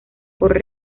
por